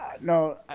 no